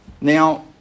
Now